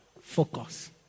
focus